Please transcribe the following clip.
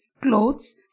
clothes